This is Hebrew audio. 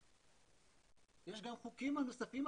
יש גם חוקים נוספים,